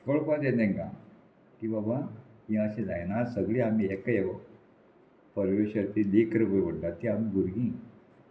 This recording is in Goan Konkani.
कळपाचें तांकां की बाबा हें अशें जायना सगळीं आमी एक येव परवेश लेख रोय पडटा ती आमी भुरगीं